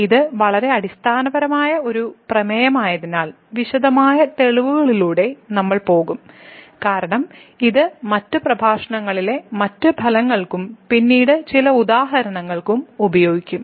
ഇത് വളരെ അടിസ്ഥാനപരമായ ഒരു പ്രമേയമായതിനാൽ വിശദമായ തെളിവുകളിലൂടെയും നമ്മൾ പോകും കാരണം ഇത് മറ്റ് പ്രഭാഷണങ്ങളിലെ മറ്റ് ഫലങ്ങൾക്കും പിന്നീട് ചില ഉദാഹരണങ്ങൾക്കും ഉപയോഗിക്കും